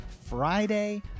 Friday